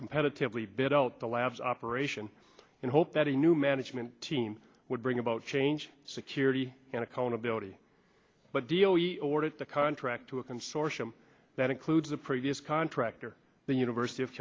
competitively bid out the labs operation and hope that a new management team would bring about change security and accountability but deal we awarded the contract to a consortium that includes a previous contractor the university of